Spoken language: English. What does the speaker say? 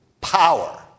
power